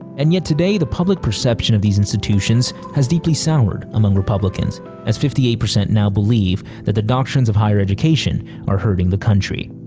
and yet today, the public perception of these institutions have deeply soured among republicans as fifty eight percent now believe that the doctrines of higher education are hurting the country.